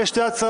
יש שתי הצעות,